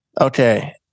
Okay